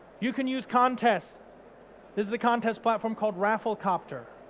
you can use contests. this is a contest platform called rafflecopter.